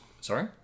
sorry